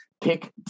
pick